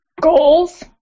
Goals